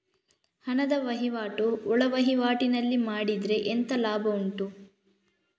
ಹಣದ ವಹಿವಾಟು ಒಳವಹಿವಾಟಿನಲ್ಲಿ ಮಾಡಿದ್ರೆ ಎಂತ ಲಾಭ ಉಂಟು?